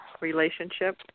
relationship